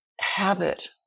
habit